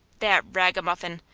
that ragamuffin!